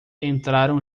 entraram